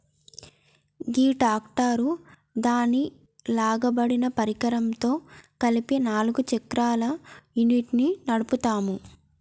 గీ tractor దాని లాగబడిన పరికరంతో కలిపి నాలుగు చక్రాల యూనిట్ను నడుపుతాము